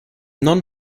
non